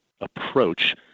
approach